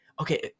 okay